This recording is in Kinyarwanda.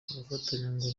turafatanya